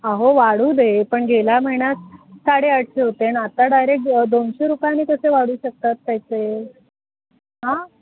अहो वाढू दे पण गेल्या महिन्यात साडे आठशे होते ना आता डायरेक्ट दोनशे रुपयानी कसे वाढू शकतात त्याचे हा